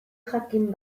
jakin